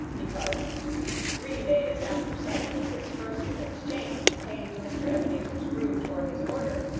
because three days after sight of this first of exchange pay to mr. ebenezer scrooge or his order,